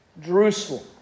Jerusalem